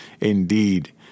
Indeed